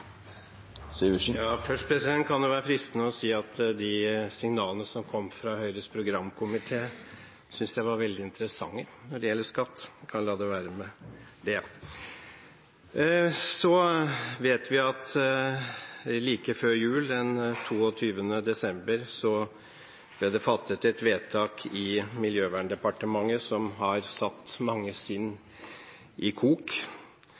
Først kan det være fristende å si at de signalene som kom fra Høyres programkomité når det gjelder skatt, synes jeg var veldig interessante. Jeg kan la det være med det. Vi vet at like før jul, den 22. desember, ble det fattet et vedtak i Klima- og miljødepartementet som har satt mange sinn i kok.